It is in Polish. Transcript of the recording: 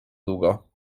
długo